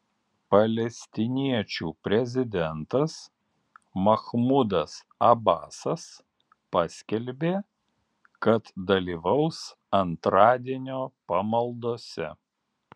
palestiniečių prezidentas mahmudas abasas paskelbė kad dalyvaus antradienio pamaldose